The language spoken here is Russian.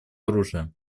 оружия